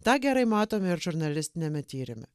tą gerai matome ir žurnalistiniame tyrime